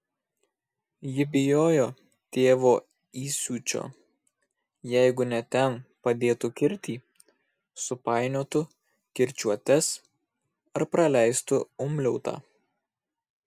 ji bijojo tėvo įsiūčio jeigu ne ten padėtų kirtį supainiotų kirčiuotes ar praleistų umliautą